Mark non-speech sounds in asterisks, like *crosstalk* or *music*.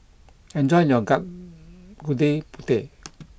enjoy your *unintelligible* Gudeg Putih